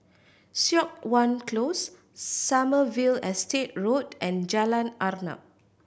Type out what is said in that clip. Siok Wan Close Sommerville Estate Road and Jalan Arnap